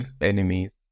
enemies